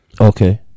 Okay